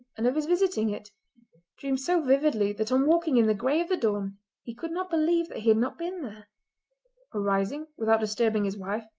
and of his visiting it dreamed so vividly that on walking in the grey of the dawn he could not believe that he had not been there. arising, without disturbing his wife,